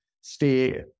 stay